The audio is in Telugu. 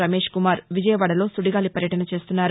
రమేష్ కుమార్ విజయవాడలో సుడిగాలి పర్యటన చేస్తున్నారు